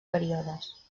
períodes